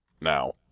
now